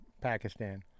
Pakistan